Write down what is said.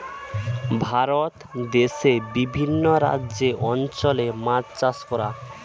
ভারত দেশে বিভিন্ন রাজ্যের অঞ্চলে মাছ চাষ করা